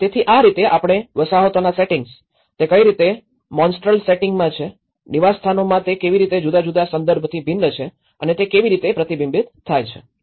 તેથી આ રીતે આપણે વસાહતોના સેટિંગ્સ તે કઈ રીતે મોનસ્ટ્રલ સેટિંગમાં છે નિવાસસ્થાનોમાં તે કેવી રીતે જુદા જુદા સંદર્ભથી ભિન્ન છે અને તે કેવી રીતે પ્રતિબિંબિત થાય છે